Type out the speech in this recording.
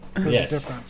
Yes